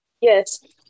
Yes